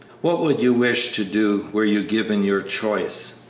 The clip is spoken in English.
what would you wish to do, were you given your choice?